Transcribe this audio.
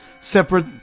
separate